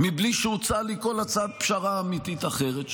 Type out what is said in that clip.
מבלי שהוצעה לי כל הצעת פשרה אמיתית אחרת,